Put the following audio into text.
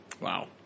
Wow